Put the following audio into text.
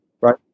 right